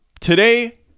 today